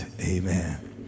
amen